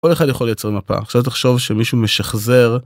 כל אחד יכול לייצר מפה עכשיו תחשוב שמישהו משחזר.